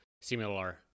similar